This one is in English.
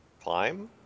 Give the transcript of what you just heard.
Climb